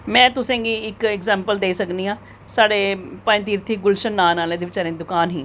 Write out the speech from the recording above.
में तुसें गी इक्क एग्जैम्पल देई सकनी आं साढ़े पंजतीर्थी बेचारे गुलशन नॉन आह्ले दी दुकान ही